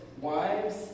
wives